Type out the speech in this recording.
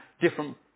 different